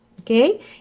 Okay